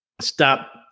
stop